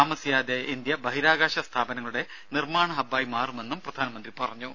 താമസിയാതെ ഇന്ത്യ ബഹിരാകാശ സ്ഥാപനങ്ങളുടെ നിർമ്മാണ ഹബ്ബായി മാറുമെന്ന് പ്രധാനമന്ത്രി പറഞ്ഞു